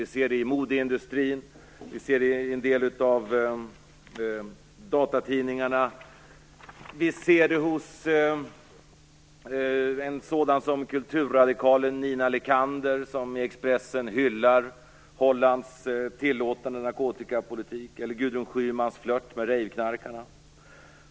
Vi ser det i modeindustrin, i en del av datatidningarna, hos en sådan som kulturradikalen Nina Lekander, som i Expressen hyllar Hollands tillåtande narkotikapolitik och i Gudrun Schymans flirt med raveknarkarna.